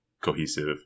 cohesive